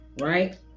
right